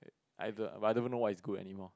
I the but I don't even know what is good anymore